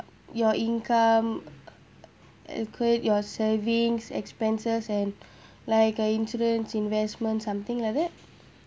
your income equate your savings expenses and like a insurance investments something like that